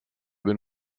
been